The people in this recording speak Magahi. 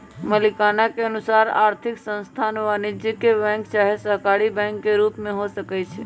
मलिकाना के अनुसार आर्थिक संस्थान वाणिज्यिक बैंक चाहे सहकारी बैंक के रूप में हो सकइ छै